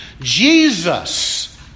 Jesus